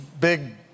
big